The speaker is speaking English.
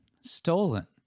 stolen